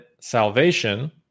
salvation